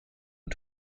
und